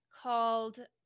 called